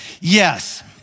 yes